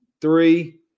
three